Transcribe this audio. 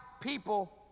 people